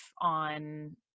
on